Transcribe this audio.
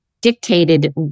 dictated